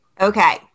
Okay